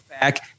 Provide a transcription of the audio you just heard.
back